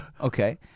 Okay